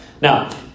Now